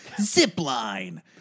zipline